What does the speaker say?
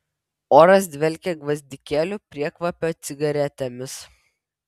oras dvelkė gvazdikėlių priekvapio cigaretėmis